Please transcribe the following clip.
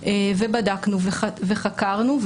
ובדקנו וחקרנו,